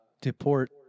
deport